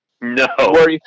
no